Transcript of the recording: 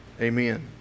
amen